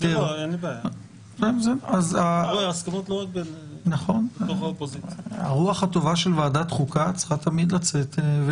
ואת הסכמת חבר הכנסת כץ למיזוג הצעות החוק שלכם להצעת החוק הממשלתית,